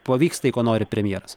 pavyks tai ko nori premjeras